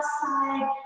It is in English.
outside